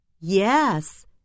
Yes